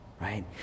Right